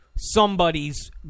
somebody's